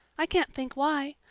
i can't think why.